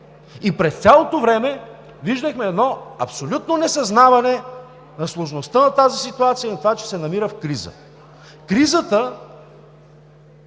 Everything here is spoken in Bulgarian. и през цялото време виждахме едно абсолютно несъзнаване на сложността на тази ситуация и на това, че се намираме в криза. Кризата